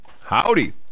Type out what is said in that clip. Howdy